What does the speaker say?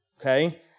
okay